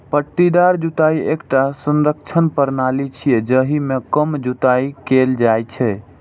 पट्टीदार जुताइ एकटा संरक्षण प्रणाली छियै, जाहि मे कम जुताइ कैल जाइ छै